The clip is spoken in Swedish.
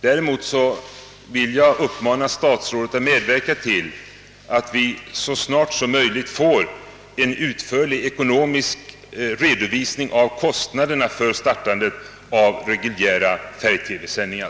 Däremot vill jag uppmana statsrådet att medverka till att vi så snart som möjligt får en utförlig ekonomisk redovisning av kostnaderna för startandet av reguljära färg-TV-sändningar.